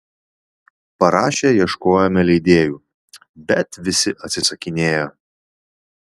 parašę ieškojome leidėjų bet visi atsisakinėjo